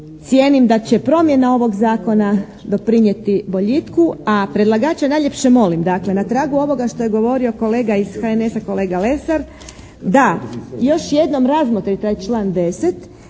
cijenim da će promjene ovog Zakona doprinijeti boljitku a predlagače najljepše molim dakle na tragu ovoga što je govorio kolega iz HNS-a, kolega Lesar da još jednom razmotri taj član 10.